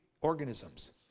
organisms